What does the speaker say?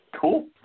Cool